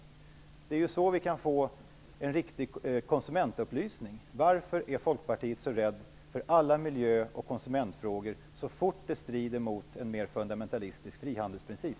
Det är ju på det sättet som vi kan få en riktig konsumentupplysning. Varför är Folkpartiet så rädd för alla miljö och konsumentfrågor så fort de strider mot en mer fundamentalistisk frihandelsprincip?